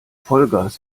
vollgas